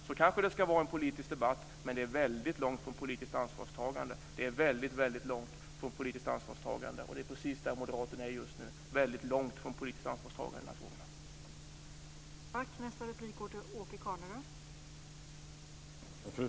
Så ska det kanske vara i en politisk debatt men det ligger väldigt långt från politiskt ansvarstagande. Det är precis där som Moderaterna är just nu, dvs. väldigt långt från politiskt ansvarstagande i de här frågorna.